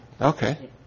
okay